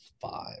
five